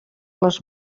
les